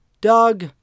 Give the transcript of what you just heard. doug